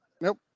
Nope